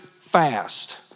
fast